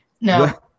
No